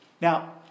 Now